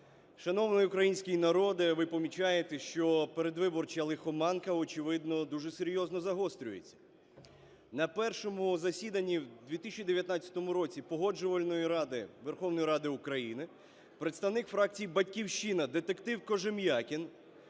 Шановний український народе, ви помічаєте, що передвиборча лихоманка, очевидно, дуже серйозно загострюється. На першому засіданні у 2019 році Погоджувальної ради Верховної Ради України представник фракції "Батьківщина", детектив Кожем'якін,